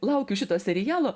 laukiu šito serialo